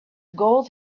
gold